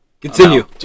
Continue